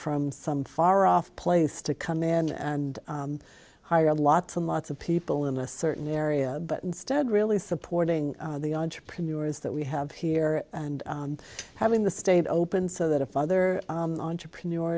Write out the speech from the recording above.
from some far off place to come in and hire lots and lots of people in a certain area but instead really supporting the entrepreneur is that we have here and having the state open so that if other entrepreneur